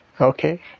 okay